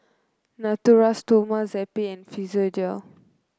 Natura Stoma Zappy and Physiogel